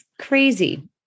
Crazy